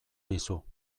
dizu